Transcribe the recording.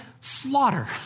Slaughter